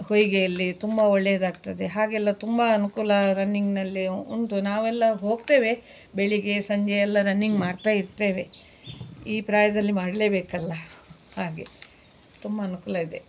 ಹೊಯ್ಗೆಯಲ್ಲಿ ತುಂಬ ಒಳ್ಳೆಯದಾಗ್ತದೆ ಹಾಗೆಲ್ಲ ತುಂಬ ಅನುಕೂಲ ರನ್ನಿಂಗಿನಲ್ಲಿ ಉಂಟು ನಾವೆಲ್ಲ ಹೋಗ್ತೇವೆ ಬೆಳಿಗ್ಗೆ ಸಂಜೆ ಎಲ್ಲ ರನ್ನಿಂಗ್ ಮಾಡ್ತಾ ಇರ್ತೇವೆ ಈ ಪ್ರಾಯದಲ್ಲಿ ಮಾಡಲೇಬೇಕಲ್ಲ ಹಾಗೆ ತುಂಬ ಅನುಕೂಲ ಇದೆ